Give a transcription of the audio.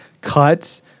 cuts